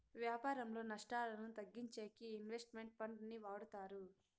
వ్యాపారంలో నష్టాలను తగ్గించేకి ఇన్వెస్ట్ మెంట్ ఫండ్ ని వాడతారు